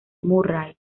murray